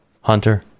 Hunter